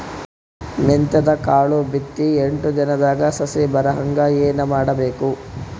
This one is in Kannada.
ಮೆಂತ್ಯದ ಕಾಳು ಬಿತ್ತಿ ಎಂಟು ದಿನದಾಗ ಸಸಿ ಬರಹಂಗ ಏನ ಮಾಡಬೇಕು?